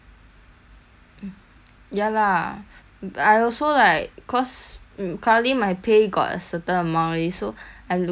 ya lah b~ I also like cause mm currently my pay got a certain amount already so I'm looking for like either